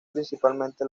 principalmente